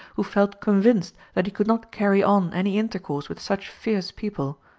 who felt convinced that he could not carry on any intercourse with such fierce people,